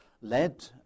led